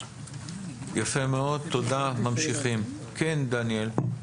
כן, דניאל.